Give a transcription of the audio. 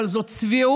אבל זו צביעות